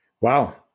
Wow